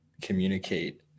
communicate